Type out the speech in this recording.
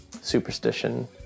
superstition